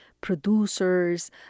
producers